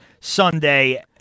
Sunday